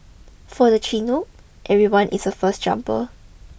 for the Chinook everyone is a first jumper